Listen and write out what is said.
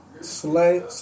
Slay